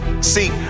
see